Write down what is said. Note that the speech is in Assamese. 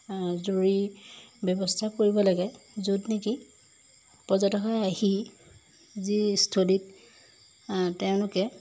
জৰুৰী ব্যৱস্থা কৰিব লাগে য'ত নেকি পৰ্যটকে আহি যি স্থলীত তেওঁলোকে